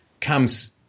comes